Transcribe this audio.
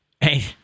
hey